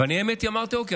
אני אמרתי: אוקיי,